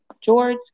George